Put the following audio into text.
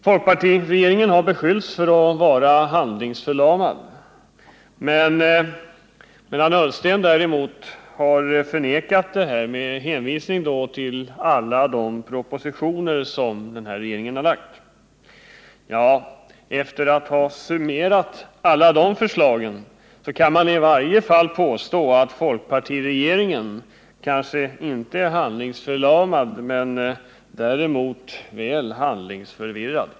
Folkpartiregeringen har beskyllts för att vara handlingsförlamad. Ola Ullsten har förnekat detta med hänvisning till alla de propositioner som regeringen har framlagt. Efter att ha summerat dessa förslag kan man i varje fall påstå att folkpartiregeringen kanske inte är handlingsförlamad men däremot handlingsförvirrad.